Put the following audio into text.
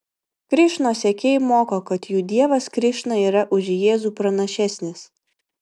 krišnos sekėjai moko kad jų dievas krišna yra už jėzų pranašesnis